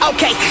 Okay